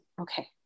Okay